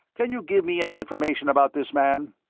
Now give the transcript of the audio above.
can you give me any information about this man?